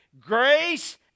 Grace